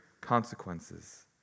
consequences